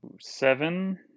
Seven